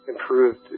improved